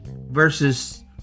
versus